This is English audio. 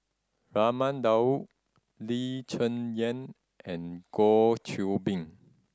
Raman Daud Lee Cheng Yan and Goh Qiu Bin